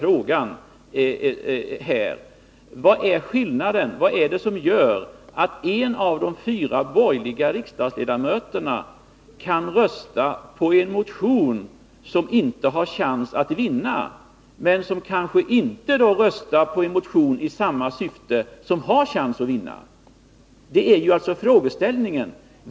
Då måste jag fråga: Vad är det som gör att de fyra borgerliga riksdagsledamöterna på Västerbottensbänken kan rösta på en motion som inte har en chans att vinna men inte kan rösta på en motion i samma syfte som har en chans att vinna?